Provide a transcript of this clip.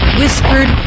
whispered